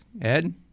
Ed